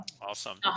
awesome